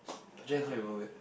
but then how you even wear